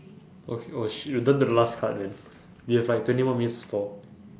oh sh~ oh shit we're down to the last card man we have like twenty more minutes to stall